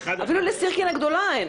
אפילו לסירקין הגדולה אין.